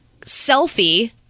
selfie